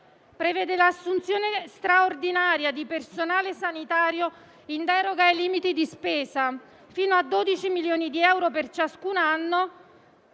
Prevede l'assunzione straordinaria di personale sanitario in deroga ai limiti di spesa, fino a 12 milioni di euro per ciascun anno,